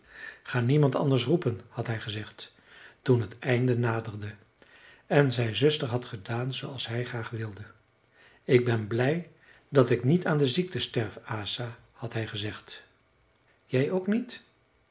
ga niemand anders roepen had hij gezegd toen het einde naderde en zijn zuster had gedaan zooals hij graag wilde ik ben blij dat ik niet aan de ziekte sterf asa had hij gezegd jij ook niet